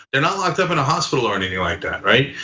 they're not locked up in a hospital or anything like that. right?